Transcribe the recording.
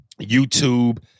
YouTube